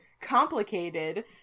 complicated